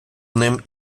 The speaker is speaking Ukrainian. ним